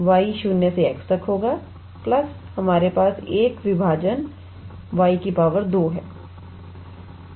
y 0 से x तक होगा प्लस हमारे पास 1 विभाजन 𝑦 2 है